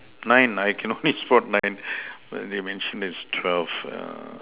nine I can only spot nine but they mentioned is twelve err